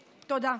תודה.